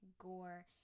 gore